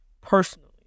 personally